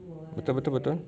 betul betul betul